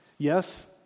Yes